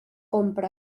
compra